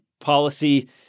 policy